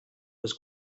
was